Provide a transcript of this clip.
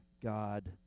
God